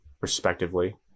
respectively